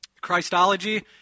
Christology